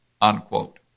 unquote